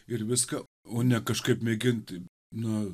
ir viską o ne kažkaip mėgint nu